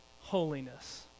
holiness